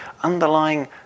underlying